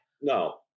no